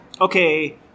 okay